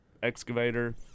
excavator